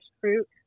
fruit